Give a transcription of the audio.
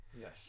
Yes